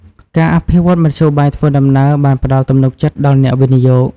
ការអភិវឌ្ឍមធ្យោបាយធ្វើដំណើរបានផ្តល់ទំនុកចិត្តដល់អ្នកវិនិយោគ។